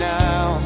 now